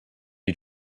you